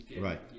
Right